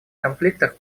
конфликтах